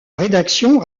rédaction